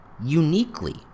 uniquely